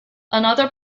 another